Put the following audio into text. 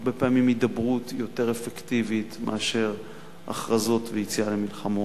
והרבה פעמים הידברות היא יותר אפקטיבית מאשר הכרזות ויציאה למלחמות.